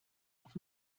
auf